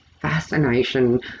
fascination